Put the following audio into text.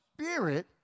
spirit